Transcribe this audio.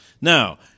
Now